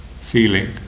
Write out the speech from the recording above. feeling